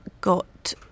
got